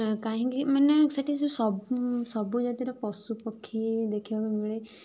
କାହିଁକି ମାନେ ସେଠି ଯେଉଁ ସବୁ ସବୁ ଜାତିର ପଶୁ ପକ୍ଷୀ ଦେଖିବାକୁ ମିଳେ